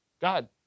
God